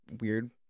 weird